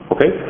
Okay